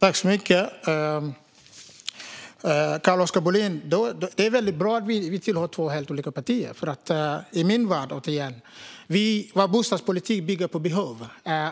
Fru talman! Det är bra att vi tillhör två helt olika partier, Carl-Oskar Bohlin, för återigen: Vår bostadspolitik bygger på behov.